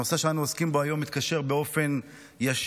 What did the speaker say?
הנושא שאנו עוסקים בו היום מתקשר באופן ישיר